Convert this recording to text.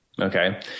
Okay